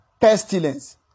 pestilence